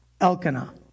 Elkanah